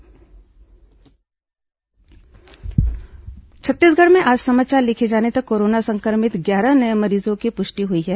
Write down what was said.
corona मरीज छत्तीसगढ़ में आज समाचार लिखे जाने तक कोरोना संक्रमित ग्यारह नए मरीजों की पुष्टि हुई है